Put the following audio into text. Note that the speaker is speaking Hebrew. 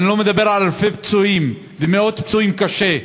ואני לא מדבר על אלפי הפצועים ומאות הפצועים קשה.